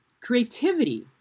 creativity